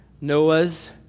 Noah's